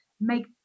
make